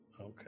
Okay